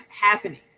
happening